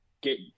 get